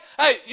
hey